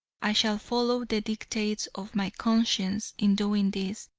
i shall follow the dictates of my conscience in doing this,